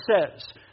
says